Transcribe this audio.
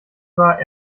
war